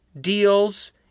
deals